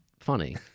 funny